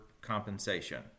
compensation